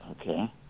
Okay